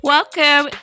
Welcome